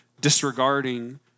disregarding